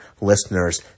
listeners